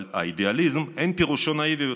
אבל האידיאליזם אין פירושו נאיביות.